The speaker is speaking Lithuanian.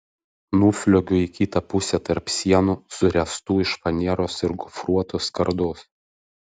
nusliuogiu į kitą pusę tarp sienų suręstų iš faneros ir gofruotos skardos